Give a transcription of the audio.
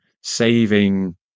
saving